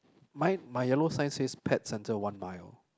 my my yellow sign said pet centre one mile